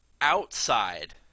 outside